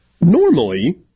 Normally